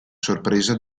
sorpresa